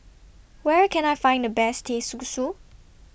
Where Can I Find The Best Teh Susu